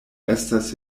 estas